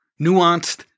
nuanced